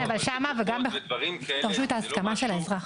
שם דרשו הסכמה של האזרח.